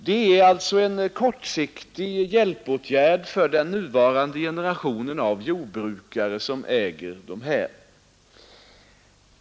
Det är alltså en kortsiktig hjälpåtgärd för den nuvarande generationen av ägare till dessa jordbruk.